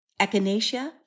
echinacea